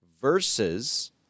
versus